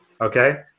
okay